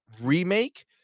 Remake